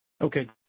Okay